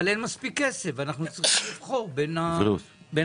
אבל אין מספיק כסף ואנחנו צריכים לבחור בין התרופות,